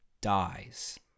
dies